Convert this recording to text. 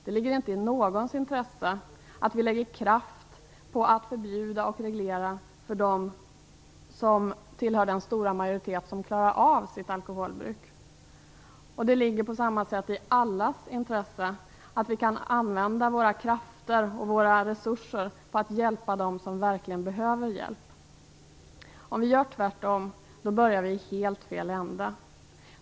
Det ligger inte i någons intresse att vi lägger ned kraft på att förbjuda och reglera för dem som tillhör den stora majoritet som klarar av sitt alkoholbruk. Det ligger på samma sätt i allas intresse att vi kan använda våra krafter och resurser till att hjälpa dem som verkligen behöver hjälp. Om vi gör tvärtom börjar vi i helt fel ände.